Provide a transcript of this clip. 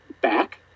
back